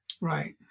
Right